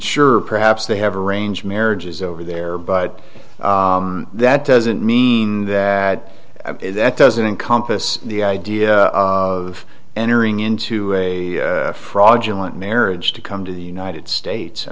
sure perhaps they have arranged marriages over there but that doesn't mean that it doesn't encompass the idea of entering into a fraudulent marriage to come to the united states i